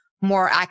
more